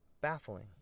baffling